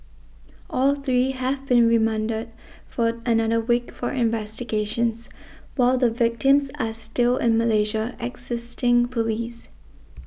all three have been remanded for another week for investigations while the victims are still in Malaysia assisting police